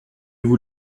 vous